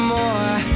more